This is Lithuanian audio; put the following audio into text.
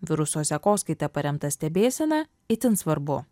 viruso sekoskaita paremta stebėsena itin svarbu